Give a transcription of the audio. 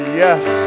yes